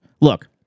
Look